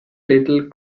little